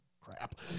Crap